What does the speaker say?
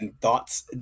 thoughts